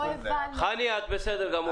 חני, את בסדר גמור.